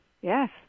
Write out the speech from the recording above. Yes